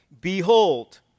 Behold